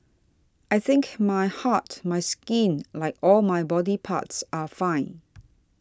I think my heart my skin like all my body parts are fine